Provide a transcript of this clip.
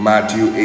Matthew